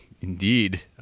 Indeed